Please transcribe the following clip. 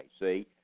See